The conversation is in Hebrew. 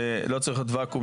לא צריך להיות ואקום